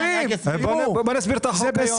בוא נסביר את החוק היום.